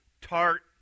tart